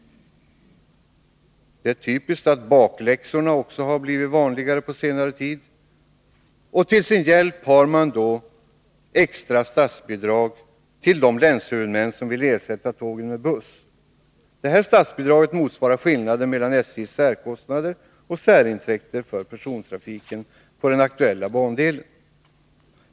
Det är typiskt att bakläxorna också har blivit vanligare på senare tid. Till sin hjälp har man extra statsbidrag till de länshuvudmän som vill ersätta tågen med buss. Detta statsbidrag motsvarar skillnaden mellan SJ:s särkostnader och särintäkter för persontrafiken på den aktuella bandelen.